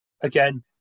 Again